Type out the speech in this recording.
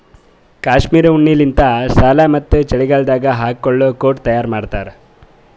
cashmere ಉಣ್ಣಿಲಿಂತ್ shawl ಮತ್ತ್ ಚಳಿಗಾಲದಾಗ್ ಹಾಕೊಳ್ಳ ಕೋಟ್ ತಯಾರ್ ಮಾಡ್ತಾರ್